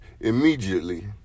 immediately